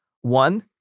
One